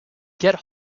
get